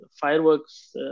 fireworks